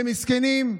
למסכנים.